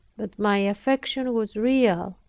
that my affection was real,